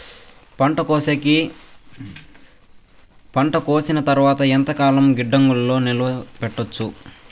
పంట కోసేసిన తర్వాత ఎంతకాలం గిడ్డంగులలో నిలువ పెట్టొచ్చు?